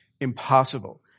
impossible